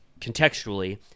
contextually